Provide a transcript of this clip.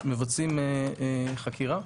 מבצעים חקירה.